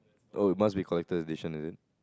oh it must be collector's edition is it